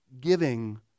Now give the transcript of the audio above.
giving